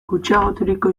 gutxiagoturiko